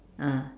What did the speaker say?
ah